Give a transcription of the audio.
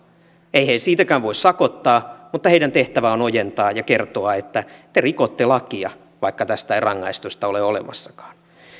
eihän siitäkään voi sakottaa mutta heidän tehtävänsä on ojentaa ja kertoa että te rikotte lakia vaikka tästä ei rangaistusta ole olemassakaan